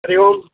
हरिः ओम्